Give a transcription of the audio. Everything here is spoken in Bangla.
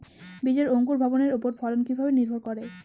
বীজের অঙ্কুর ভবনের ওপর ফলন কিভাবে নির্ভর করে?